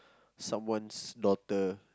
someone's daughter